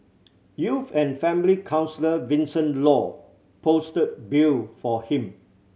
youth and family counsellor Vincent Law posted bail for him